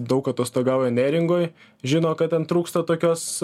daug atostogauja neringoj žino kad ten trūksta tokios